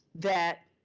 that,